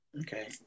Okay